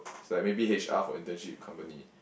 it's like maybe H_R for internship company